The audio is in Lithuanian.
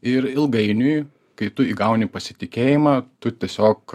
ir ilgainiui kai tu įgauni pasitikėjimą tu tiesiog